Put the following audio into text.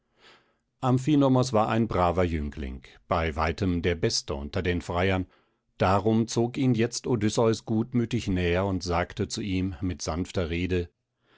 amphinomos war ein braver jüngling bei weitem der beste unter den freiern darum zog ihn jetzt odysseus gutmütig näher und sagte zu ihm mit sanfter rede